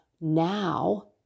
now